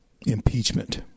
impeachment